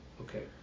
Okay